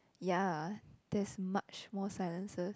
ya that's much more silences